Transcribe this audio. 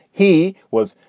he was.